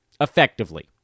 effectively